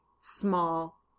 small